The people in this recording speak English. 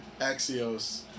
Axios